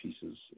pieces